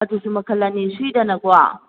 ꯑꯗꯨꯁꯨ ꯃꯈꯜ ꯑꯅꯤ ꯁꯨꯏꯗꯅꯀꯣ